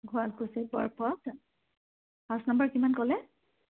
Sualkuchi Borpath house number কিমান ক'লে